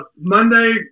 Monday